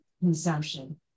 consumption